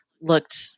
looked